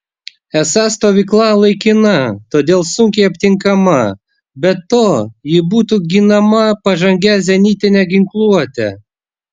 esą stovykla laikina todėl sunkiai aptinkama be to ji būtų ginama pažangia zenitine ginkluote